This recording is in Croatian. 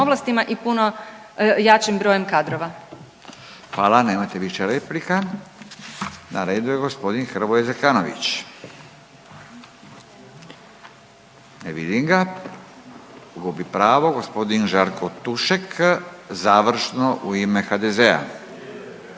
ovlastima i puno jačim brojem kadrova. **Radin, Furio (Nezavisni)** Hvala, nemate više replika, na redu je gospodin Hrvoje Zekanović, ne vidim ga, gubi pravo. Gospodin Žarko Tušek, završno u ime HDZ-a.